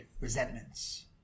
resentments